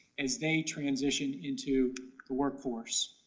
as they transition into the workforce.